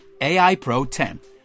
AIPRO10